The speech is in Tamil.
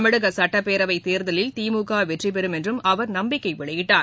தமிழகசட்டப்பேரவைத்தேர்தலில் திமுகவெற்றிபெறம் என்றும் அவர் நம்பிக்கைவெளியிட்டார்